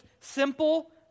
simple